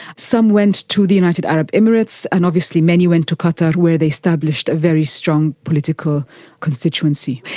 some went to the united arab emirates, and obviously many went to qatar where they established a very strong political constituency.